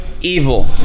evil